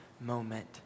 moment